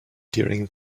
during